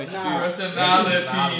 personality